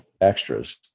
extras